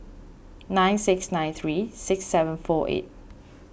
nine six nine three six seven four eight